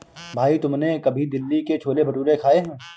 भाई तुमने कभी दिल्ली के छोले भटूरे खाए हैं?